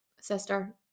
sister